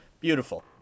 Beautiful